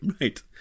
Right